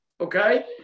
Okay